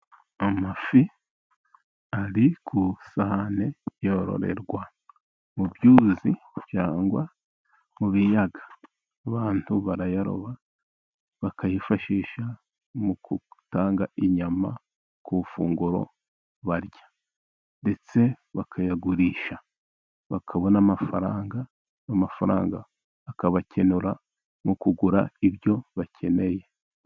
Amafi ari ku isahani, yororerwa mu byuzi cyangwa mu biyaga. Abantu barayaroba bakayifashisha mu gutanga inyama ku ifunguro barya, ndetse bakayagurisha bakabona amafaranga. Amafaranga akabakenura mu kugura ibyo bakeneye.